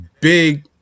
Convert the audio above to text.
big